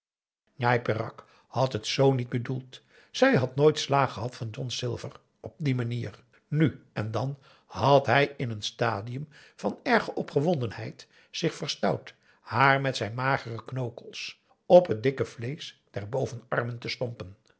njai peraq had het z niet bedoeld zij had aum boe akar eel nooit slaag gehad van john silver op die manier nu en dan had hij in een stadium van erge opgewondenheid zich verstout haar met zijn magere knokkels op het dikke vleesch der bovenarmen te stompen